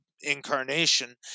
incarnation